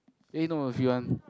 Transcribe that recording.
eh no if you want